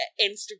Instagram